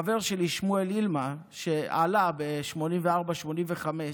חבר שלי, שמואל אילמה, שעלה ב-1984, 1985,